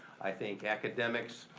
i think academics,